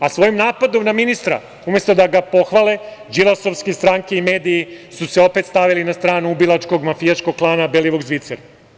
A svojim napadom na ministra, umesto da ga pohvale, Đilasovske stranke i mediji su se opet stavili na stranu ubilačkog mafijaškog klana Belivuk Zvicer.